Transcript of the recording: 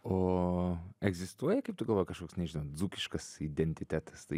o egzistuoja kaip tu galvoji kažkoks nežinau dzūkiškas identitetas tai